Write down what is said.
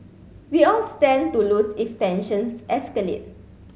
we all stand to lose if tensions escalate